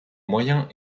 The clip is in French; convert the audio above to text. moyen